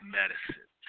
medicine